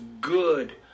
good